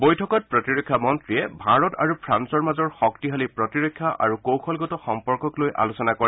বৈঠকত প্ৰতিৰক্ষা মন্ত্ৰীয়ে ভাৰত আৰু ফ্ৰাঙ্গৰ মাজৰ শক্তিশালী প্ৰতিৰক্ষা আৰু কৌশলগত সম্পৰ্কক লৈ আলোচনা কৰে